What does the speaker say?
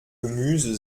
gemüse